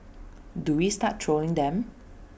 do we start trolling them